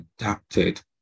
adapted